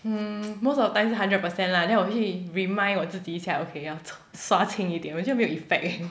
hmm most of the time 是 hundred percent lah then 我会 remind 我自己一下 okay 要刷轻一点我觉得没有 effect eh